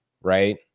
right